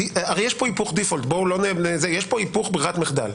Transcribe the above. הרי יש פה היפוך ברירת מחדל.